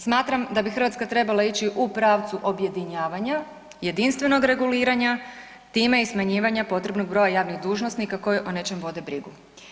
Smatram da bi Hrvatska trebala ići u pravcu objedinjavanja, jedinstvenog reguliranja, time i smanjivanja potrebnog broja javnih dužnosnika koji o nečem vode brigu.